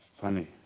Funny